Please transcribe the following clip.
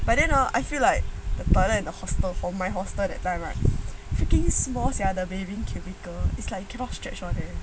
but then I feel like the toilet in the hostel for my hostel that time right freaking small sia the bathing cubicle is like cannot stretch [one] leh